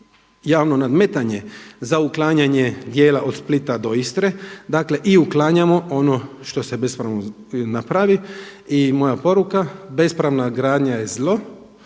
javno nadmetanje za uklanjanje dijela od Splita do Istre, dakle i uklanjamo ono što se bespravno napravi i moja poruka, bespravna gradnja je zlo,